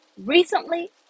Recently